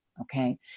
Okay